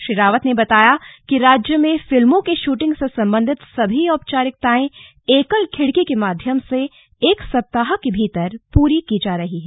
श्री रावत ने बताया कि राज्य में फिल्मों की शूटिंग से संबंधित सभी औपचारिकताएं एकल खिड़की के माध्यम से एक सप्ताह के भीतर पूरी की जा रही हैं